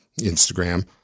Instagram